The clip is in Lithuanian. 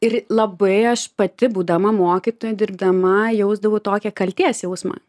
ir labai aš pati būdama mokytoja dirbdama jausdavau tokią kaltės jausmą